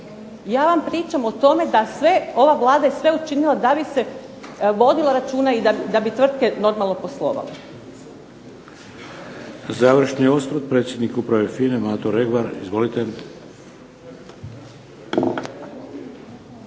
Ja vam pričam o tome da sve, ova Vlada je sve učinila da bi se vodilo računa i da bi tvrtke normalno poslovale.